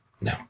no